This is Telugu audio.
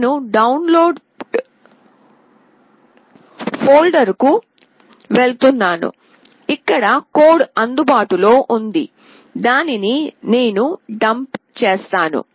నేను డౌన్లోడ్ ఫోల్డర్కు వెళుతున్నాను ఇక్కడ కోడ్ అందుబాటులో ఉంది దానిని నేను డంప్ చేస్తాను